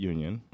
Union